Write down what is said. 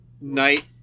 Night